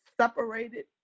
separated